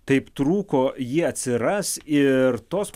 taip trūko ji atsiras ir tos